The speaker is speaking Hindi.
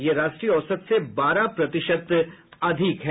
यह राष्ट्रीय औसत से बारह प्रतिशत अधिक है